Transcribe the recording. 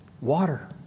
water